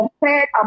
compared